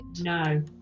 No